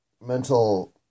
mental